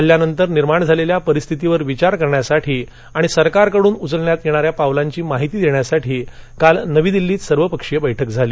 हल्ल्यानंतर निर्माण झालख्खा परिस्थितीवर विचार करण्यासाठी आणि सरकारकडून उचलण्यात यणिऱ्या पावलांची माहिती दख्खासाठी नवी दिल्लीत काल सर्वपक्षीय बैठक झाली